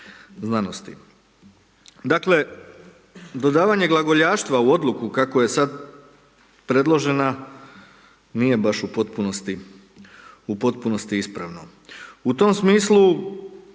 znanosti. Dakle, dodavanje glagoljaštva u odluku kako je sad predložena nije baš u potpunosti, u potpunosti ispravno. U tom smislu